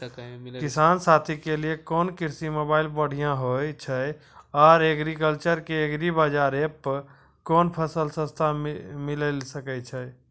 किसान साथी के लिए कोन कृषि मोबाइल बढ़िया होय छै आर एग्रीकल्चर के एग्रीबाजार एप कोन फसल सस्ता मिलैल सकै छै?